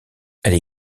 elle